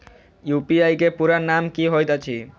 UPI केँ पूरा नाम की होइत अछि?